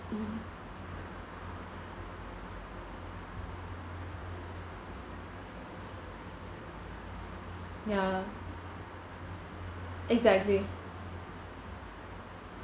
ya exactly